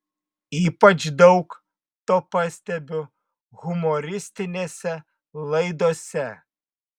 ypač daug to pastebiu humoristinėse laidose